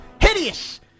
Hideous